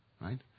Right